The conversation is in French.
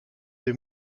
des